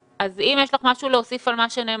אז אם יש לך משהו להוסיף על מה שנאמר,